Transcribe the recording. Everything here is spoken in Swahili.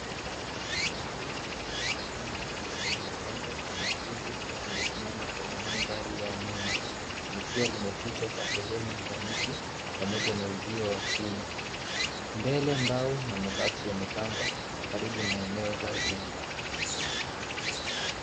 Jengo la ghorofa nyingi lenye mapambo mekundu limesimama kwenye mandhari ya nyuma likiwa limefichwa kwa sehemu na miti pamoja na uzio wa chuma. Mbele mbao na mabati yamepangwa karibu na eneo la ujenzi.